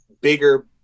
bigger